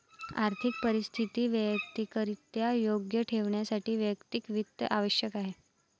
आर्थिक परिस्थिती वैयक्तिकरित्या योग्य ठेवण्यासाठी वैयक्तिक वित्त आवश्यक आहे